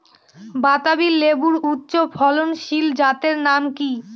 বাতাবি লেবুর উচ্চ ফলনশীল জাতের নাম কি?